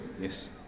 yes